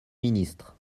ministre